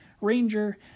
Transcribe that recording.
Ranger